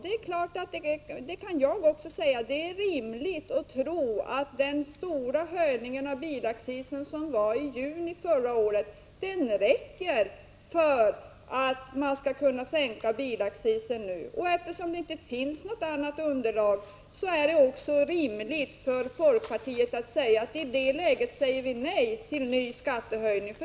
Jag kan också säga att det är rimligt att tro att den stora höjning av bilaccisen som beslutades i juni förra året räcker för att man skall kunna sänka bilaccisen nu. Eftersom det inte finns något underlag att bygga en höjning på är det också rimligt för folkpartiet att i det läget säga nej till en ny skattehöjning.